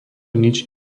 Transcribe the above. nič